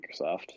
microsoft